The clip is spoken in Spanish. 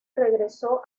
regresó